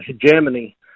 hegemony